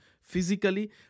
physically